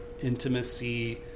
intimacy